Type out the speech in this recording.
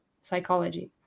psychology